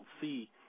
see